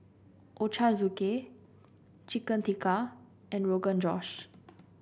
Ochazuke Chicken Tikka and Rogan Josh